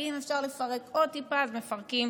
כי אם אפשר לפרק עוד טיפה, אז מפרקים